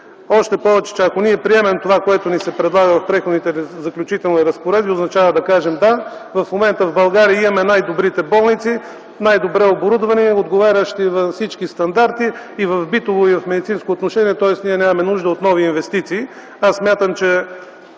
Още повече, че ако ние приемем това, което ни се предлага в Преходните и заключителни разпоредби, означава да кажем „да” – в момента в България имаме най-добрите болници, най-добре оборудвани, отговарящи на всички стандарти и в битово, и в медицинско отношение, тоест ние нямаме нужда от нови инвестиции.